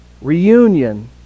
Reunion